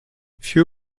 few